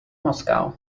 moskau